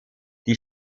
die